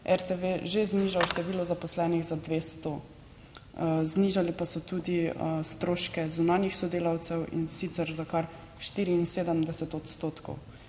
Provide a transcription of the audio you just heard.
RTV že znižal število zaposlenih za 200, znižali pa so tudi stroške zunanjih sodelavcev, in sicer za kar 74 odstotkov.